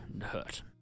hurt